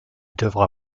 devra